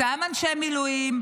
אותם אנשי מילואים,